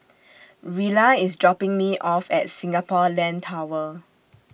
Rilla IS dropping Me off At Singapore Land Tower